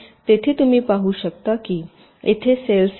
येथे तुम्ही पाहु शकता की येथे सेल्स आहेत